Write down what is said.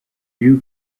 you